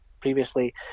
previously